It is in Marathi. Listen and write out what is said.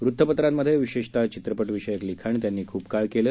वृत्तपत्रांमधे विशेषतः चित्रपटविषयक लिखाण त्यांनी खूप काळ केलं